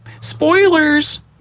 Spoilers